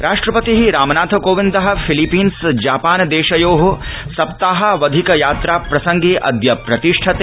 राष्ट्रपति Ramnath Kovind Philippines Japan देशयो सप्ताहावधिक यात्रा प्रसंगे अद्य प्रतिष्ठते